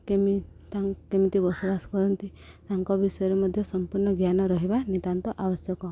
କେମି ତା କେମିତି ବସବାସ କରନ୍ତି ତାଙ୍କ ବିଷୟରେ ମଧ୍ୟ ସମ୍ପୂର୍ଣ୍ଣ ଜ୍ଞାନ ରହିବା ନିତ୍ୟାନ୍ତ ଆବଶ୍ୟକ